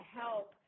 help